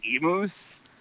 emus